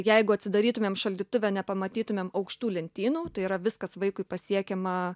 jeigu atsidarytumėm šaldytuve nepamatytumėm aukštų lentynų tai yra viskas vaikui pasiekiama